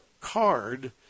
card